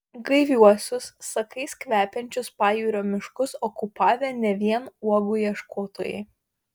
gaiviuosius sakais kvepiančius pajūrio miškus okupavę ne vien uogų ieškotojai